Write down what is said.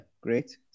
great